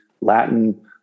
Latin